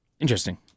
Interesting